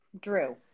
Drew